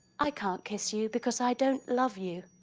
i can't kiss you because i don't love you,